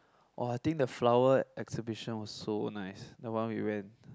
!wah! I think the flower exhibition was so nice the one we went